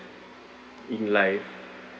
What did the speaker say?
in life